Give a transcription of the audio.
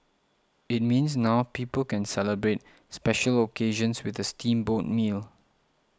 it means now people can celebrate special occasions with a steamboat meal